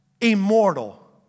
immortal